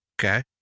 Okay